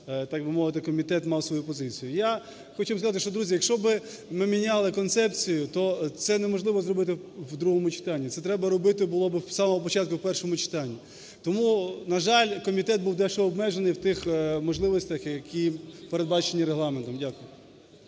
так би мовити, комітет мав свою позицію. Я хочу сказати, що, друзі, якщо би ми міняли концепцію, то це неможливо зробити в другому читанні, це треба робити було би в самому початку, в першому читанні. Тому, на жаль, комітет був дещо обмежений в тих можливостях, які передбачені Регламентом. Дякую.